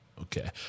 Okay